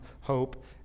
hope